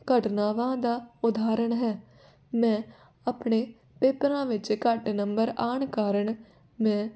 ਘਟਨਾਵਾਂ ਦਾ ਉਦਾਹਰਣ ਹੈ ਮੈਂ ਆਪਣੇ ਪੇਪਰਾਂ ਵਿੱਚ ਘੱਟ ਨੰਬਰ ਆਉਣ ਕਾਰਨ ਮੈਂ